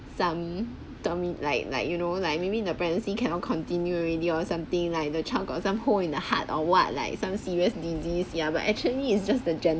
some tell me like like you know like maybe the pregnancy cannot continue already or something like the child got some hole in the heart or what like some serious disease ya but actually it's just the gender